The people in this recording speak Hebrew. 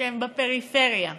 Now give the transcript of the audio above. שהם בפריפריה?